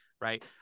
right